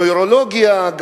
לנוירולוגיה,